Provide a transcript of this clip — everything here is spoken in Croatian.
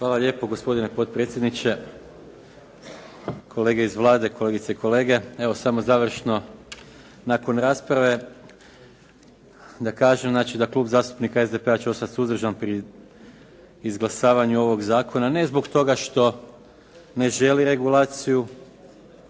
Hvala lijepo. Gospodine potpredsjedniče, kolege iz Vlade, kolegice i kolege. Evo samo završno. Nakon rasprave da kažem znači da Klub zastupnika SDP-a će ostati suzdržan pri izglasavanju ovog zakona, ne zbog toga što ne želi regulaciju